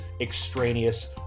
extraneous